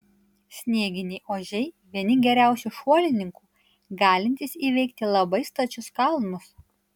snieginiai ožiai vieni geriausių šuolininkų galintys įveikti labai stačius kalnus